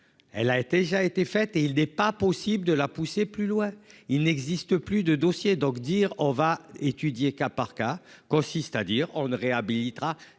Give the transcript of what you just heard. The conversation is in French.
Elle a été, ça a été fait et il n'est pas possible de la pousser plus loin, il n'existe plus de dossiers. Donc, dire on va étudier, cas par cas consiste à dire on ne réhabilite a